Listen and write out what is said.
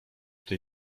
tej